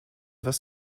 was